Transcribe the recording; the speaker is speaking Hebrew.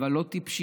אבל לא טיפשים.